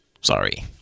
Sorry